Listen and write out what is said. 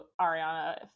ariana